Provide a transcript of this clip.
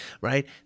right